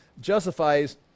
justifies